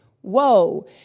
Whoa